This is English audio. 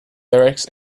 lyrics